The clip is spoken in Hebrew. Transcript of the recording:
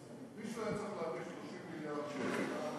מישהו היה צריך להביא 30 מיליארד שקל.